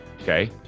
Okay